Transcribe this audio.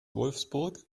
wolfsburg